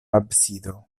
absido